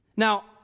Now